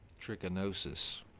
Trichinosis